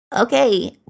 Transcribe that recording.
Okay